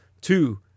Two